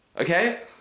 okay